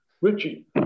Richie